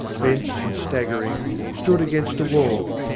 bent and staggering, stood against a wall,